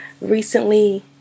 recently